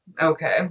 okay